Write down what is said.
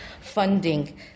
funding